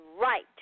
right